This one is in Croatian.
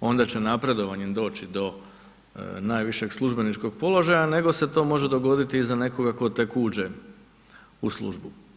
onda će napredovanjem doći do najvišeg službeničkog položaja nego se to može dogoditi i za nekoga tko tek uđe u službu.